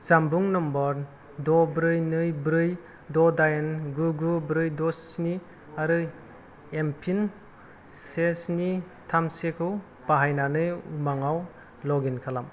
जानबुं नम्बर द' ब्रै नै ब्रै द' दाइन गु गु ब्रै द' स्नि आरो एमपिन से स्नि थाम से खौ बाहायनानै उमांआव लगइन खालाम